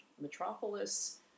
Metropolis